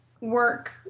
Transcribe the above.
work